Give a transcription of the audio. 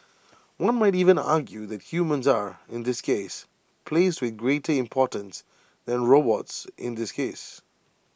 one might even argue that humans are in this case placed with greater importance than robots in this case